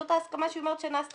זאת ההסכמה שהיא אומרת שנעשתה.